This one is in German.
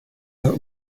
der